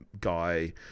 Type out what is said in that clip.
guy